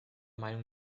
meinung